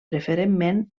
preferentment